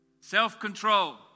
self-control